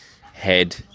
head